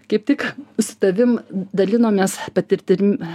kaip tik su tavim dalinomės patirtim